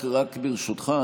רק ברשותך,